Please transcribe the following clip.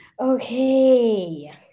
Okay